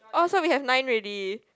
oh so we have nine already